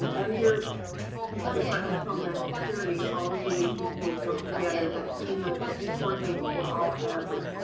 under the department of homeland security, all of the agencies work together, but fema coordinates for all hazards.